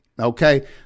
Okay